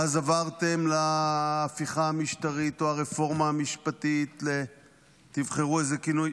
ואז עברתם להפיכה המשטרית או הרפורמה המשפטית ל-תבחרו איזה כינוי,